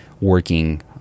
working